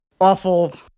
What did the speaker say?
awful